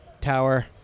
tower